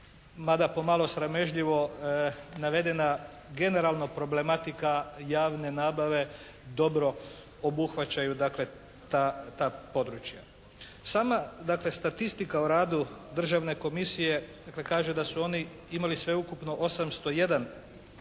mada pomalo sramežljivo navedena generalna problematika javne nabave dobro obuhvaćaju dakle ta područja. Sama statistika u radu Državne komisije kaže da su oni imali sveukupno 801 predmet